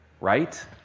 right